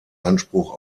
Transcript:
anspruch